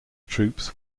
troops